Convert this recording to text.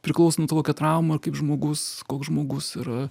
priklauso nuo to kokia trauma ir kaip žmogus koks žmogus yra